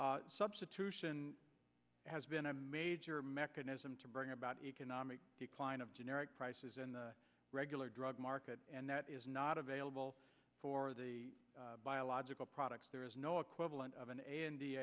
substitution has been a major mechanism to bring about economic decline of generic prices in the regular drug market and that is not available for the biological products there is no equivalent